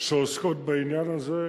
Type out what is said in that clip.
שעוסקות בעניין הזה,